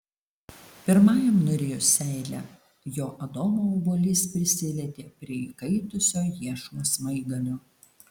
pirmajam nurijus seilę jo adomo obuolys prisilietė prie įkaitusio iešmo smaigalio